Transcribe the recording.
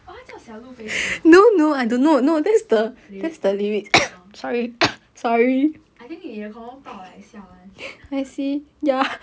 oh 他叫小鹿肥肥 ah lyrics I think 你的喉咙爆 like siao [one]